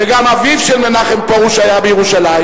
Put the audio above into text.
וגם אביו של מנחם פרוש היה בעיריית ירושלים